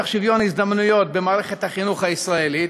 שוויון הזדמנויות במערכת החינוך הישראלית.